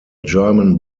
german